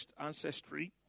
ancestry